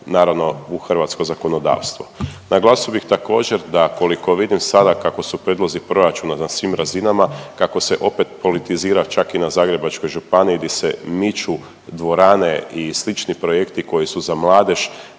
naravno u hrvatsko zakonodavstvo. Naglasio bih također da koliko vidim sada kako su prijedlozi proračuna na svim razinama, kako se opet politizira čak i na Zagrebačkoj županiji gdje se miču dvorane i slični projekti koji su za mladež